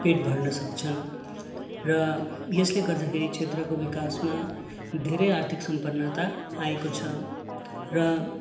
पेट भर्न सक्छन् र यसले गर्दाखेरि क्षेत्रको विकासमा धेरै आर्थिक सम्पन्नता आएको छ र